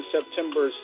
September